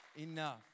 enough